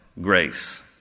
Grace